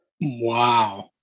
Wow